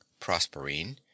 Prosperine